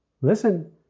listen